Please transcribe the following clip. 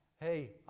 Hey